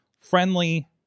friendly